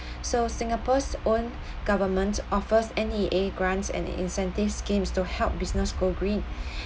so singapore's own government offers N_E_A grants and incentive schemes to help business go green